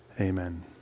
Amen